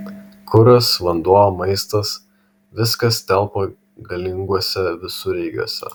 kuras vanduo maistas viskas telpa galinguose visureigiuose